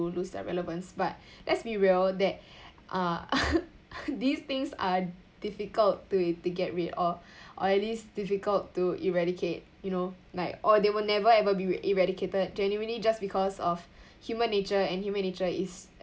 lose their relevance but let's be real that uh these things are difficult to to get rid of or at least difficult to eradicate you know like or they will never ever be ra~ eradicated genuinely just because of human nature and human nature is